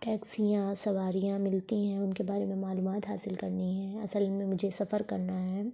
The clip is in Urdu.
ٹیکسیاں سواریاں ملتی ہیں ان کے بارے میں معلومات حاصل کرنی ہے اصل میں مجھے سفر کرنا ہے